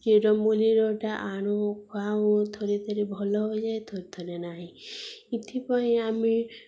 ଚେରମୂଳିରଟା ଆଣୁ ଖୁଆଉଁ ଥରେ ଥରେ ଭଲ ହୋଇଯାଏ ଥରେ ଥରେ ନାହିଁ ଏଥିପାଇଁ ଆମେ